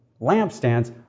lampstands